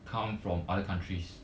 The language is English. come from other countries